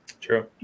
True